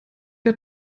der